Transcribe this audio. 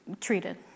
treated